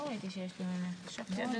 הישיבה